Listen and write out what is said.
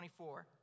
24